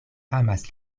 amas